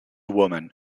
woman